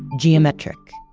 geometric,